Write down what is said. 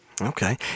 Okay